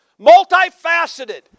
multifaceted